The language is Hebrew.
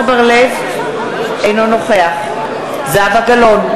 אינו נוכח זהבה גלאון,